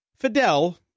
Fidel